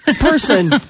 person